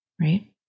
Right